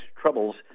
troubles